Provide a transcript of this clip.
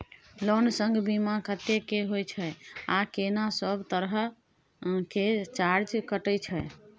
Loan संग बीमा कत्ते के होय छै आ केना सब तरह के चार्ज कटै छै?